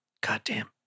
Goddamn